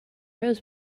rose